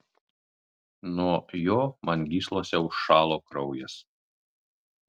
nuo jo man gyslose užšalo kraujas